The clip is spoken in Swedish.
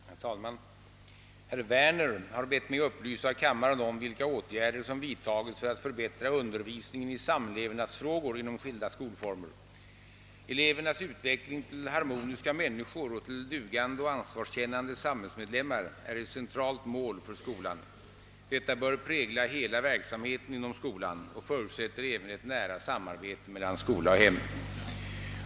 Herr talman! Herr Werner har bett mig upplysa kammaren om vilka åtgärder, som vidtagits för att förbättra undervisningen i samlevnadsfrågor inom skilda skolformer. Elevernas utveckling till harmoniska människor och till dugande och ansvarskännande samhällsmedlemmar är ett centralt mål för skolan. Detta bör prägla hela verksamheten inom skolan och förutsätter även ett nära samarbete mellan skola och hem.